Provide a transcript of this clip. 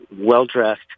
well-dressed